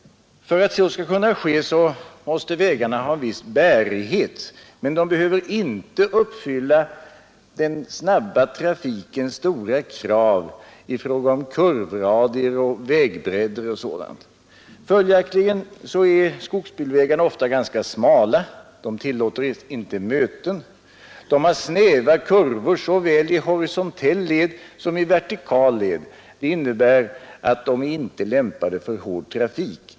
För att så skall kunna ske måste vägarna ha en viss bärighet. Men de behöver inte uppfylla den snabba trafikens stora krav i fråga om kurvradier, vägbredder etc. Följaktligen är skogsbilvägar ofta ganska smala, de tillåter inte möten. De har snäva kurvor såväl i horisontell led som i vertikal led. Det innebär att de inte är lämpade för hård trafik.